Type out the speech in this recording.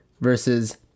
versus